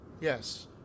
Yes